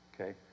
okay